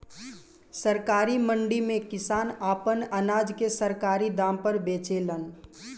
सरकारी मंडी में किसान आपन अनाज के सरकारी दाम पर बेचेलन